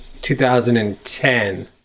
2010